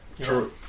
true